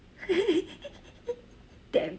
damn